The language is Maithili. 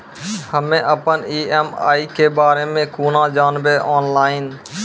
हम्मे अपन ई.एम.आई के बारे मे कूना जानबै, ऑनलाइन?